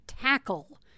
tackle